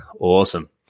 Awesome